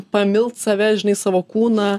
pamilt save žinai savo kūną